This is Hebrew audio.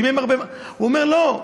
הוא אומר: לא.